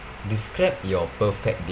describe your perfect day